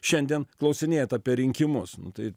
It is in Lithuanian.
šiandien klausinėjat apie rinkimus nu tai